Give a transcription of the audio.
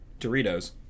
doritos